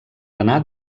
anar